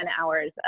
hours